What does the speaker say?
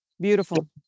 Beautiful